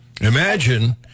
Imagine